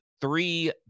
three